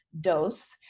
dose